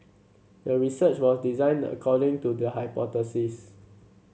the research was designed according to the hypothesis